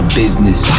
business